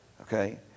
Okay